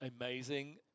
amazing